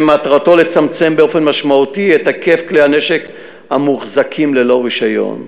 שמטרתם לצמצם באופן משמעותי את היקף כלי הנשק המוחזקים ללא רישיון.